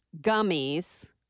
gummies